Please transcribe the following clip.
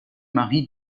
marie